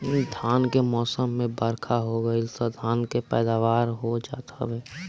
धान के मौसम में बरखा हो गईल तअ धान के पैदावार हो जात हवे